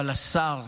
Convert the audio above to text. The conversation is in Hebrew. אבל השר,